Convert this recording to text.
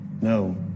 no